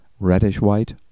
reddish-white